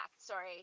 sorry